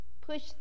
Push